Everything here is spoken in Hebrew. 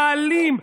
האלים,